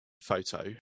photo